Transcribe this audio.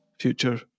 Future